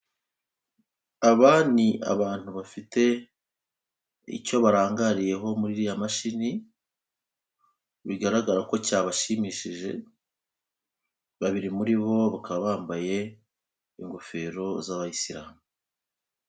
Aba ni abantu bafite icyo barangariyeho muri iriya mashini, bigaragara ko cyabashimishije, babiri muri bo bakaba bambaye ingofero z'abayisilamu.